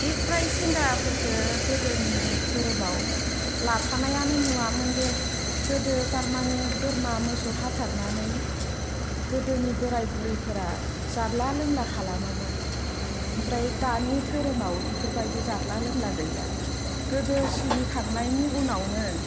ओइ फ्राय सेंग्राफोरखो गोदोनि धोरोमाव लाफानायानो नुवामोन दे गोदो थारमाने बोरमा मोसौ हाथारनानै गोदोनि बोराइ बुरिफोरा जाद्ला लोंला खालामोमोन ओमफ्राय दानि धोरोमाव इफोरबायदि जाद्ला लोंला गैला गोदो सिबिखांनायनि उनावनो